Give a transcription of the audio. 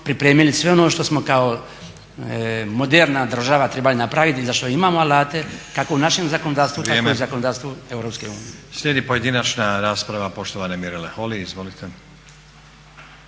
pripremili sve ono što smo kao moderna država trebali napraviti i za što imamo alate kako u našem zakonodavstvu Europske